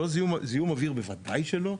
זיהום אוויר בוודאי שלא.